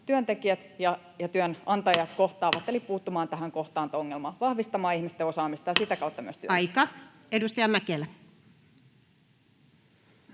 työntekijät ja työnantajat kohtaavat, eli puuttumaan tähän kohtaanto-ongelmaan, vahvistamaan ihmisten osaamista ja sitä kautta myös työllistymistä. Aika. — Edustaja Mäkelä.